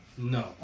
No